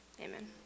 Amen